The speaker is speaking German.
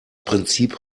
prinzip